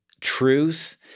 truth